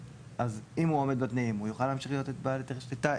אז אם הוא עומד בתנאים הוא יוכל להמשיך להיות בעל היתר שליטה,